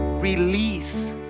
Release